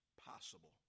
possible